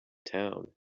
town